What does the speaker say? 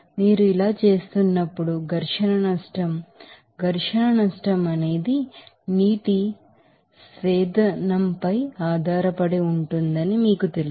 మీరు అలా చేస్తున్నప్పుడు ఫ్రిక్షన్ లాస్ ఫ్రిక్షన్ లాస్ అనేది వాటర్ డెన్సిటీ పై ఆధారపడి ఉంటుందని మీకు తెలుసు